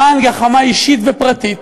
למען גחמה אישית ופרטית,